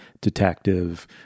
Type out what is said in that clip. detective